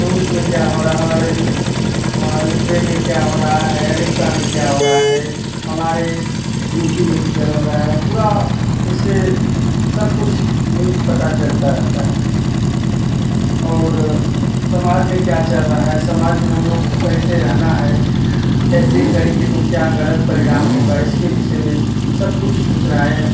रूस में क्या हो रहा है हमारे हमारे यूक्रेन में क्या हो रहा है अमेरिका में क्या हो रहा है हमारे यु पी में क्या हो रहा है पूरा इससे सब कुछ न्यूस पता चलता रहता है और समाज में क्या चल रहा है समाज में हम लोग कैसे रहना है कैसे करेंगे तो क्या ग़लत परिणाम होगा इसके विषय में सब कुछ सूचनाएँ